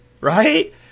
right